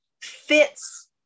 fits